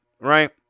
Right